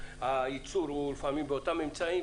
והייצור הוא לפעמים באותם אמצעים,